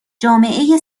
جامعه